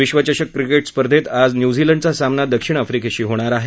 विश्वचषक क्रिकेट स्पर्धेत आज न्यूझीलंडचा सामना दक्षिण आफ्रीकेशी होणार आहे